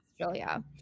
Australia